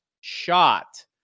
shot